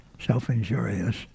self-injurious